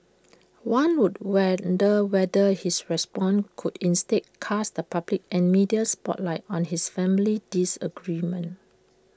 one would wonder whether his response could instead cast the public and media spotlight on this family disagreement